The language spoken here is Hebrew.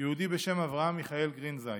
של יהודי בשם אברהם מיכאיל גרינזייד.